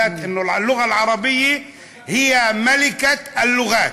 אנה אל-לע'ה אל-ערבייה הי מלכת אל-לע'את.